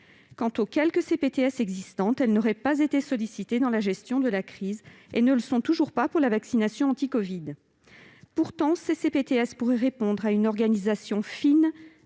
Quant aux quelques CPTS existantes, elles n'auraient pas été sollicitées dans la gestion de la crise et ne le sont toujours pas pour la vaccination anti-covid. Pourtant, les CPTS pourraient contribuer à une organisation fine